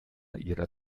ihrer